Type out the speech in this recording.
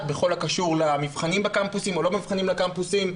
בכל הקשור למבחנים בקמפוסים או לא במבחנים לקמפוסים,